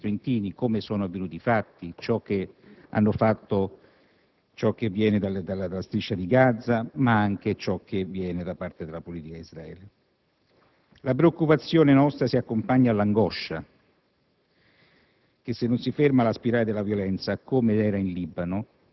tutti noi riconosciamo i problemi che ci sono, lo ha detto il vice ministro Intini, come sono avvenuti i fatti, ciò che viene dalla Striscia di Gaza ma anche ciò che viene da parte della politica di Israele. La nostra preoccupazione si accompagna all'angoscia